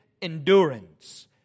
endurance